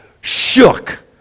shook